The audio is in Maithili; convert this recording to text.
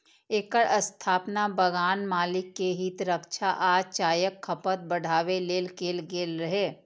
एकर स्थापना बगान मालिक के हित रक्षा आ चायक खपत बढ़ाबै लेल कैल गेल रहै